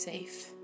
safe